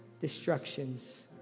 destructions